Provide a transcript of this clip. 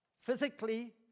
Physically